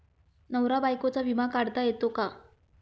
नवरा बायकोचा विमा काढता येतो का?